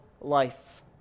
life